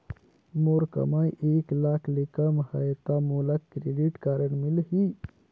मोर कमाई एक लाख ले कम है ता मोला क्रेडिट कारड मिल ही?